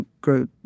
grow